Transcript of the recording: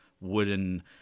wooden